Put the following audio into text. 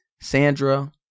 Sandra